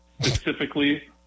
Specifically